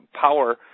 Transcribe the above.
power